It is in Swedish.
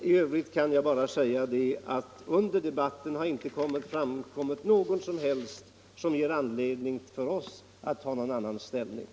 I övrigt kan jag bara säga att det under debatten inte framkommit något som ger oss anledning att inta någon annan ståndpunkt.